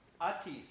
Atis